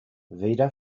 vida